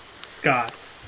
Scott